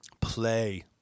Play